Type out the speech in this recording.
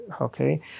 Okay